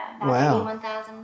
Wow